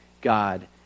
God